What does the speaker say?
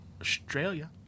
Australia